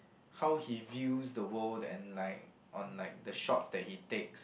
how he views the world and like on like the shots that he takes